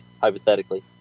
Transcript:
hypothetically